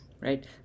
Right